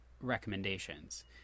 recommendations